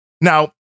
Now